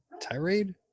tirade